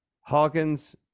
Hawkins